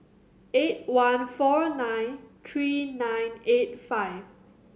eight one four nine three nine eight five